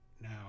Now